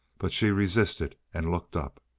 but she resisted and looked up.